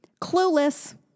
Clueless